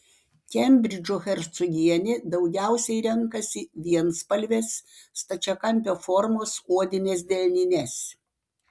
kembridžo hercogienė daugiausiai renkasi vienspalves stačiakampio formos odines delnines